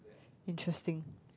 interesting